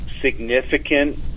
significant